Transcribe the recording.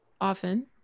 often